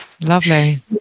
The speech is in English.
Lovely